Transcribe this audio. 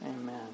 Amen